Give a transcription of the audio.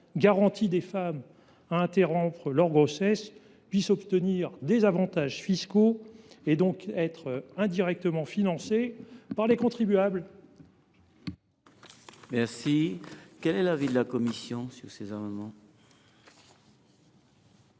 garantie des femmes à interrompre leur grossesse puissent obtenir des avantages fiscaux, donc être indirectement financées par les contribuables. Quel est l’avis de la commission ? Je sollicite